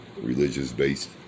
religious-based